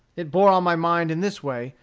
it bore on my mind in this way,